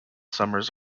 summers